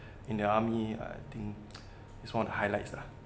in the army I think is one of the highlights lah